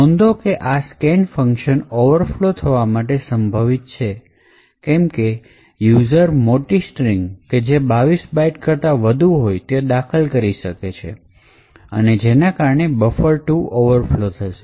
નોંધો કે આ scan ફંકશન ઓવરફ્લો થવા માટે સંભવિત છે કેમકે યુઝર મોટી સ્ટ્રિંગ જે 22 બાઈટ કરતાં વધુ હોય તે દાખલ કરી શકે છે અને જેના કારણે buffer૨ ઓવરફલો થશે